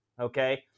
Okay